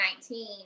2019